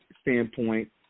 standpoint